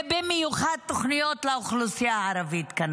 כנראה שבמיוחד תוכניות לאוכלוסייה הערבית.